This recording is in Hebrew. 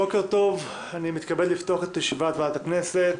בוקר טוב, אני מתכבד לפתוח את ישיבת ועדת הכנסת.